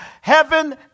heaven